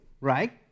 right